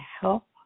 help